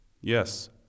Yes